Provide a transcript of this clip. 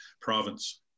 province